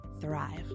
thrive